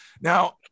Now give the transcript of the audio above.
Now